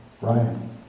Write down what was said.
Ryan